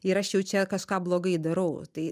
ir aš jau čia kažką blogai darau tai